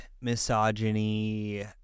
misogyny